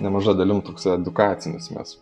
nemaža dalim toksai edukacinis mes